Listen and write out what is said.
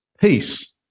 peace